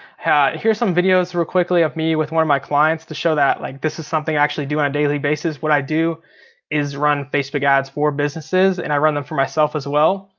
here's some videos real quickly of me, with one of my clients, to show that, like this is something i actually do on a daily basis. what i do is run facebook ads for businesses, and i run them for myself as well.